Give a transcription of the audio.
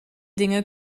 dinge